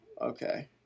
Okay